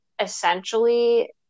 essentially